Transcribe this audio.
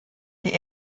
die